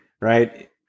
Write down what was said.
right